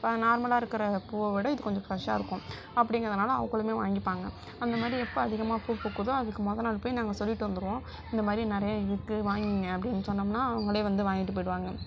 இப்போ நார்மலாக இருக்கிற பூவை விட இது கொஞ்சம் ஃபிரெஷ்ஷாக இருக்கும் அப்படிங்குறதுனால அவங்களுமே வாங்கிப்பாங்க அந்த மாதிரி எப்போ அதிகமாக பூ பூக்குதோ அதுக்கு முத நாள் போய் நாங்கள் சொல்லிட்டு வந்துருவோம் இந்த மாதிரி நிறையா இருக்குது வாங்குங்க அப்படினு சொன்னோம்னால் அவங்களே வந்து வாங்கிட்டு போய்டுவாங்க